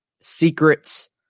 secrets